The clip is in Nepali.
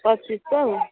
पच्चिस सौ